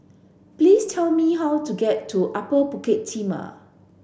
please tell me how to get to Upper Bukit Timah